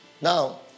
now